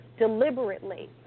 deliberately